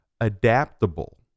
adaptable